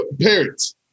parents